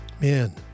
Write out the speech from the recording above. Man